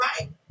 right